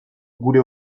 gure